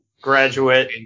graduate